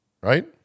right